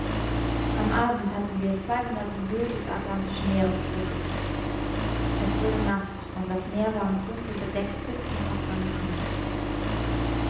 am abend hatten wir zweihundert lieues des atlantischen meeres zurückgelegt es wurde nacht und das meer war mit dunkel bedeckt bis zum aufgang des mondes